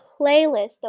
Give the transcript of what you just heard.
playlist